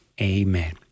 Amen